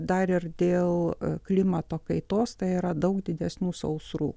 dar ir dėl klimato kaitos tai yra daug didesnių sausrų